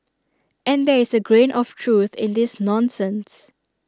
and there is A grain of truth in this nonsense